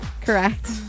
correct